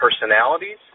personalities